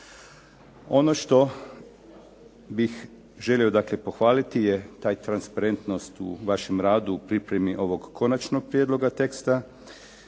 Ono što bih želio dakle pohvaliti je ta transparentnost u vašem radu u pripremi ovog konačnog prijedloga teksta